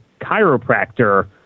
chiropractor